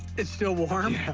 it's still warm?